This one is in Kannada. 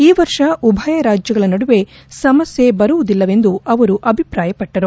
ಈ ವರ್ಷ ಉಭಯ ರಾಜ್ಯಗಳ ನಡುವೆ ಸಮಸ್ನ ಬರುವುದಿಲ್ಲವೆಂದು ಅವರು ಅಭಿಪ್ರಾಯಪಟ್ಟರು